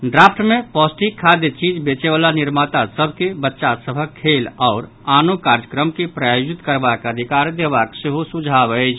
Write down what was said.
draft मे पौष्टिक खाद्य चीज बेचयवला निर्माता सभ के बच्चा सभक खेल आओर आनो कार्यक्रम के प्रायोजित करबाक अधिकार देबाक सेहो सुझाव अछि